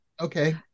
Okay